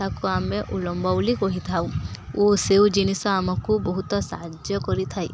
ତାକୁ ଆମେ ଉଲମ୍ବ ବୋଲି କହିଥାଉ ଓ ସେଉ ଜିନିଷ ଆମକୁ ବହୁତ ସାହାଯ୍ୟ କରିଥାଏ